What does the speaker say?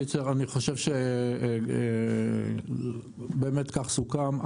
אני חושב שבאמת כך סוכם.